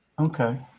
Okay